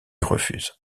refuse